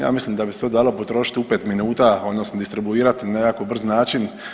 Ja mislim da bi se to dalo potrošiti u 5 minuta odnosno distribuirati na nekako brz način.